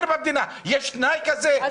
יש תנאי כזה, שהמדינה היא ציונית?